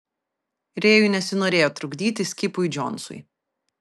rėjui nesinorėjo trukdyti skipui džonsui